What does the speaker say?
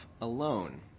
alone